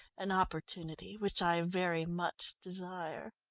an opportunity which i very much desire.